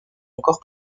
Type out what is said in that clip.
encore